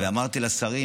אמרתי לשרים,